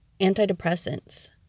antidepressants